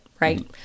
right